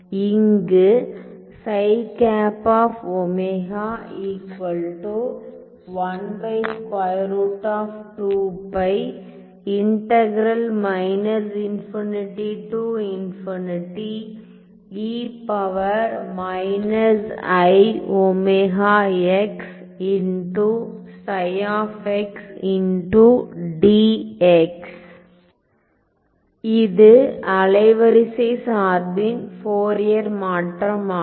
இங்கு இது அலைவரிசை சார்பின் ஃபோரியர் மாற்றம் ஆகும்